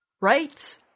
Right